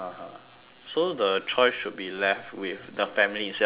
so the choice should be left with the family instead of the doctor